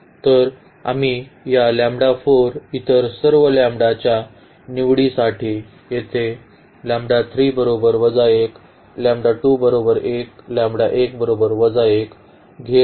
तर आम्ही या इतर सर्व लॅंबडाच्या निवडीसाठी येथे घेत आहोत